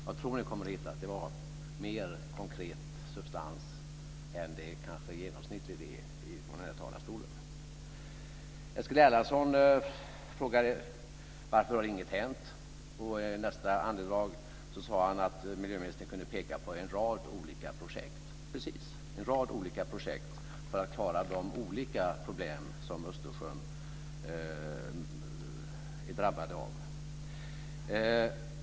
Jag tror att ni kommer att se att det var mer konkret substans än vad det kanske genomsnittligt är från den här talarstolen. Eskil Erlandsson frågar varför inget har hänt. I nästa andedrag sade han att miljöministern kunde peka på en rad olika projekt. Precis: Det handlar om en rad olika projekt för att klara de olika problem som Östersjön är drabbad av.